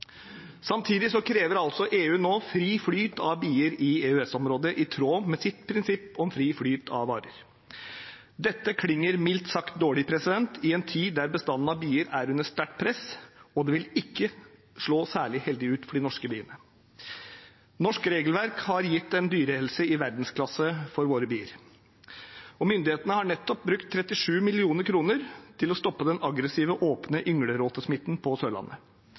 krever altså EU nå fri flyt av bier i EØS-området, i tråd med sitt prinsipp om fri flyt av varer. Dette klinger mildt sagt dårlig i en tid da bestanden av bier er under sterkt press, og det vil ikke slå særlig heldig ut for de norske biene. Norsk regelverk har gitt en dyrehelse i verdensklasse for våre bier. Myndighetene har nettopp brukt 37 mill. kr til å stoppe den aggressive åpen yngelråte-smitten på Sørlandet.